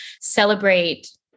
celebrate